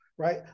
right